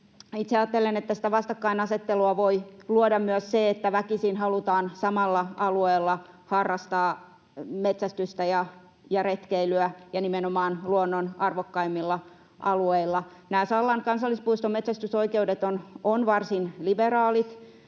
Itse ajattelen, että sitä vastakkainasettelua voi luoda myös se, että väkisin halutaan samalla alueella harrastaa metsästystä ja retkeilyä, ja nimenomaan luonnon arvokkaimmilla alueilla. Nämä Sallan kansallispuiston metsästysoikeudet ovat varsin liberaalit,